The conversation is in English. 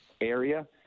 area